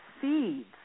seeds